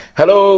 hello